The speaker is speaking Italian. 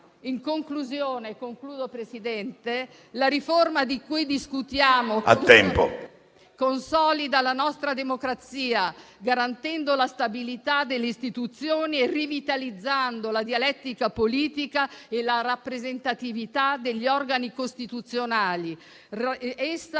In conclusione, la riforma di cui discutiamo consolida la nostra democrazia, garantendo la stabilità delle istituzioni e rivitalizzando la dialettica politica e la rappresentatività degli organi costituzionali.